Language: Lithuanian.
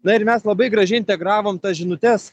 na ir mes labai gražiai integravom tas žinutes